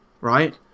right